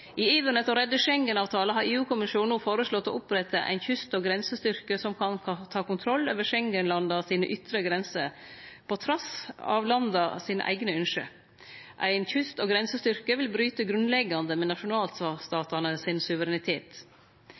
I iveren etter å redde Schengen-avtalen har EU-kommisjonen no føreslått å opprette ein kyst- og grensestyrke som kan ta kontroll over Schengen-landa sine ytre grenser trass i landa sine eigne ynske. Ein kyst- og grensestyrke vil bryte grunnleggjande med nasjonalstatane sin suverenitet.